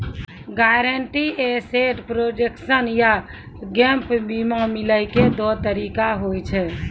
guaranteed asset protection या gap बीमा मिलै के दु तरीका होय छै